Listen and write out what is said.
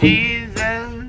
Jesus